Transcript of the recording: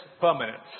permanence